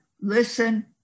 listen